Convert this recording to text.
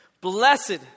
Blessed